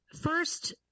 first